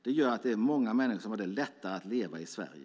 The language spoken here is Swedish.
Det gör att många människor har lättare att leva i Sverige.